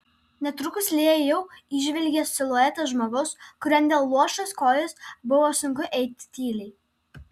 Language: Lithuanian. netrukus lėja jau įžvelgė siluetą žmogaus kuriam dėl luošos kojos buvo sunku eiti tyliai